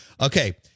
Okay